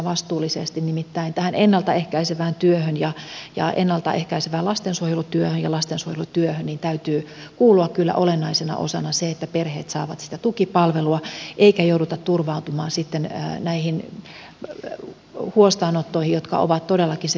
nimittäin tähän ennalta ehkäisevään työhön ja ennalta ehkäisevään lastensuojelutyöhön ja lastensuojelutyöhön täytyy kuulua kyllä olennaisena osana se että perheet saavat sitä tukipalvelua eikä jouduta turvautumaan sitten näihin huostaanottoihin jotka ovat todellakin se viimesijainen keino